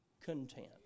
content